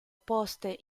poste